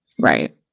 Right